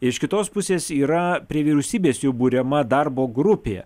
iš kitos pusės yra prie vyriausybės jų buriama darbo grupė